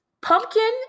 Pumpkin